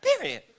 period